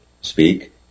speak